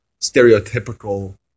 stereotypical